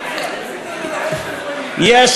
להראות שיש קואליציה,